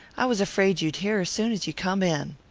i was afraid you'd hear her soon as you come in.